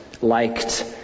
liked